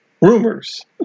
rumors